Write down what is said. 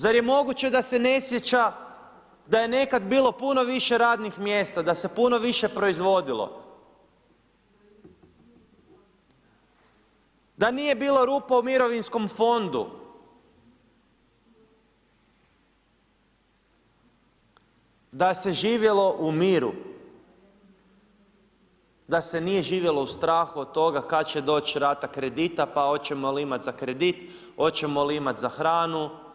Zar je moguće da se ne sjeća da je nekad bilo puno više radnih mjesta, da se puno više proizvodilo, da nije bilo rupa u mirovinskom fondu, da se živjelo u miru, da se nije živjelo u strahu od toga kada će doći rata kredita pa hoćemo li imati za kredit, hoćemo li imati za hranu?